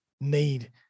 need